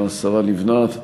השרה לבנת,